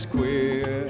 queer